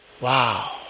Wow